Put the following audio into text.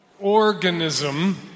Organism